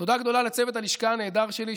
תודה גדולה לצוות הלשכה הנהדר שלי,